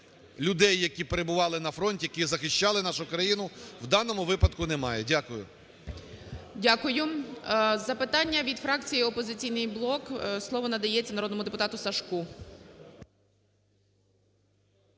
людей, які перебували на фронті, які захищали нашу країну, в даному випадку немає. Дякую. ГОЛОВУЮЧИЙ. Дякую. Запитання від фракції "Опозиційний блок". Слово надається народному депутату Сажку.